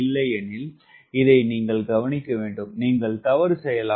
இல்லையெனில் இதை நீங்கள் கவனிக்க வேண்டும் நீங்கள் தவறு செய்யலாம்